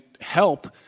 help